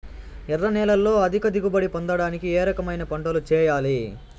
ఎర్ర నేలలో అధిక దిగుబడి పొందడానికి ఏ రకమైన పంటలు చేయాలి?